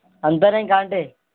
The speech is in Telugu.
అంతేనా ఇంకా ఆంటీ